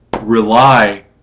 rely